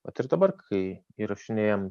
vat ir dabar kai įrašinėjam